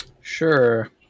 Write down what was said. Sure